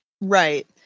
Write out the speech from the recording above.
Right